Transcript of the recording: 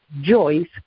Joyce